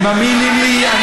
הם מאמינים לי.